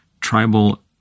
tribal